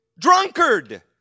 drunkard